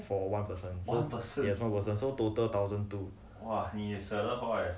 for one person yes one person so total thousand two